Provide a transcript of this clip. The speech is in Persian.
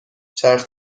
چرخ